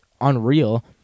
unreal